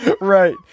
Right